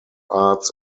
arts